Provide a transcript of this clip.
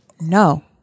no